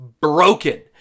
broken